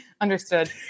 understood